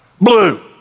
blue